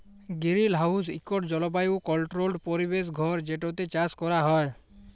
greenhouse ইকট জলবায়ু controlled পরিবেশ ঘর যেটতে চাষ ক্যরা হ্যয়